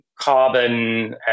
carbon